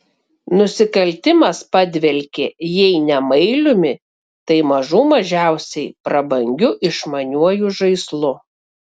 nusikaltimas padvelkė jei ne mailiumi tai mažų mažiausiai prabangiu išmaniuoju žaislu